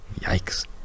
Yikes